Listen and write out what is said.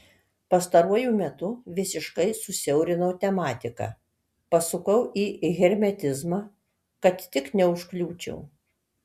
pastaruoju metu visiškai susiaurinau tematiką pasukau į hermetizmą kad tik neužkliūčiau